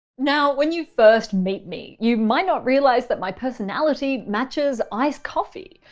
now when you first meet me you might not realise that my personality matches iced coffee,